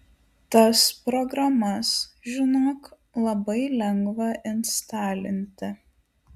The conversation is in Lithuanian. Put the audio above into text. tas programas žinok labai lengva instalinti